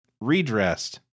redressed